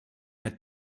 had